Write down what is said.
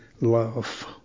love